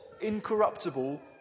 incorruptible